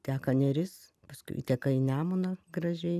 teka neris paskui įteka į nemuną gražiai